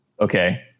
Okay